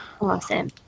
Awesome